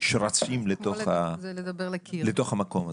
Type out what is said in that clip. שרצים לתוך המקום הזה.